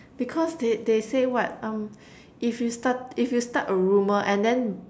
because they they say what um if you start if you start a rumor and then